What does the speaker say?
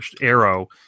arrow